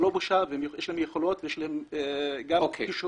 יש שלהם יכולות ויש שלהם כישורים